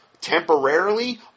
temporarily